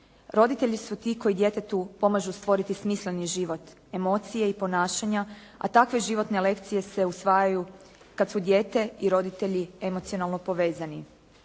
Roditelji su ti koji djetetu pomažu stvoriti smisleni život, emocije i ponašanja, a takve životne lekcije se usvajaju kad su dijete i roditelji emocionalno povezani.